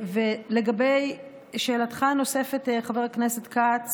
לגבי שאלתך הנוספת, חבר הכנסת כץ